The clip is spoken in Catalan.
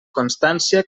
constància